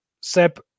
Seb